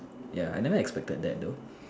ya I never expected that though